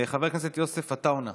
חבר הכנסת יוסף עטאונה,